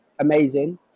amazing